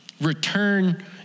return